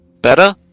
Better